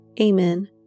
Amen